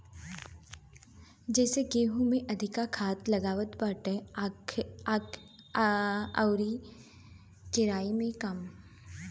जइसे गेंहू में अधिका खाद लागत बाटे अउरी केराई में कम